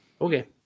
Okay